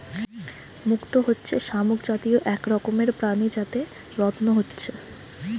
মুক্ত হচ্ছে শামুক জাতীয় এক রকমের প্রাণী যাতে রত্ন হচ্ছে